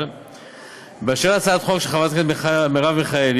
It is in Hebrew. אבל באשר להצעת חוק של חברת הכנסת מרב מיכאלי,